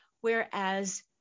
Whereas